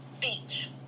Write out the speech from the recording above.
beach